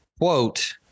Quote